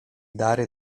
dary